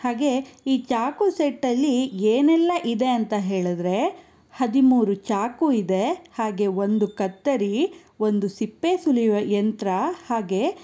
ಹಾಗೆ ಈ ಚಾಕು ಸೆಟ್ಟಲ್ಲಿ ಏನೆಲ್ಲ ಇದೆ ಅಂತ ಹೇಳಿದರೆ ಹದಿಮೂರು ಚಾಕು ಇದೆ ಹಾಗೆ ಒಂದು ಕತ್ತರಿ ಒಂದು ಸಿಪ್ಪೆ ಸುಲಿಯುವ ಯಂತ್ರ ಹಾಗೆ